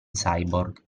cyborg